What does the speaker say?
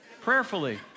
prayerfully